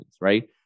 Right